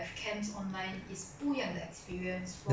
people from other courses as well as mine lah